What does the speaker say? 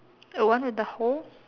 a one with a hole